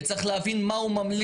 וצריך להבין מה הוא ממליץ,